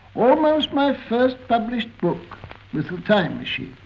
almost my first published book was the time machine,